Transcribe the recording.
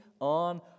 on